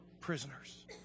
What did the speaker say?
prisoners